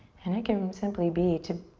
and it can simply be to,